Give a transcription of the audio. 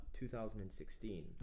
2016